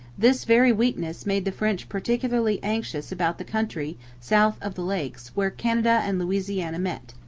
this very weakness made the french particularly anxious about the country south of the lakes, where canada and louisiana met.